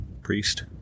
Priest